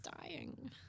dying